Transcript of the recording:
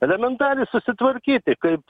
elementariai susitvarkyti kaip